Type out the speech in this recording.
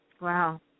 Wow